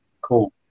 Cool